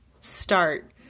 start